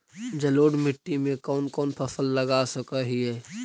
जलोढ़ मिट्टी में कौन कौन फसल लगा सक हिय?